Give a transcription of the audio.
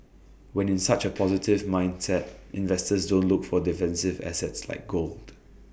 when in such A positive mindset investors don't look for defensive assets like gold